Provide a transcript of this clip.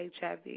HIV